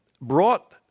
brought